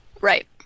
Right